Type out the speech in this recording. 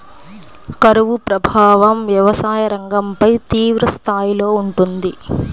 కరువు ప్రభావం వ్యవసాయ రంగంపై తీవ్రస్థాయిలో ఉంటుంది